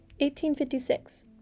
1856